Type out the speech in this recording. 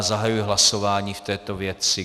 Zahajuji hlasování v této věci.